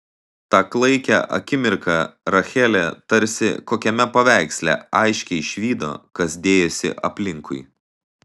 tą klaikią akimirką rachelė tarsi kokiame paveiksle aiškiai išvydo kas dėjosi aplinkui